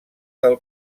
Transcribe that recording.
del